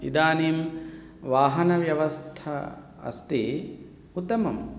इदानीं वाहनव्यवस्था अस्ति उत्तमम्